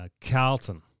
Carlton